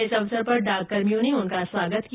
इस अवसर पर डाककर्मियों ने उनका स्वागत किया